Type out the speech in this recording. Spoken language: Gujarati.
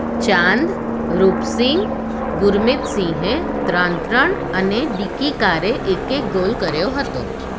ચાંદ રૂપસિંગ ગુરમીત સિંહે ત્રણ ત્રણ અને ડિકી કારે એક એક ગોલ કર્યો હતો